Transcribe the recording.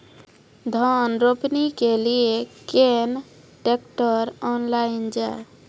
धान रोपनी के लिए केन ट्रैक्टर ऑनलाइन जाए?